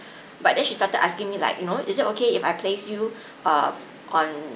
but then she started asking me like you know is it okay if I place you err on